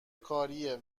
کاریه